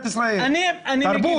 תחנות